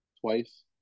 twice